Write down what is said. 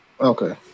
Okay